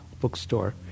bookstore